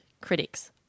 critics